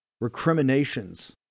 recriminations